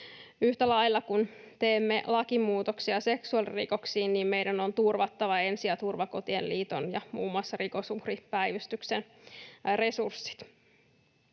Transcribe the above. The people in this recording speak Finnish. Yhtä lailla kuin teemme lakimuutoksia seksuaalirikoksiin, meidän on turvattava Ensi- ja turvakotien liiton ja muun muassa Rikosuhripäivystyksen resurssit.